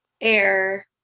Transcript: air